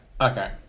Okay